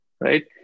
right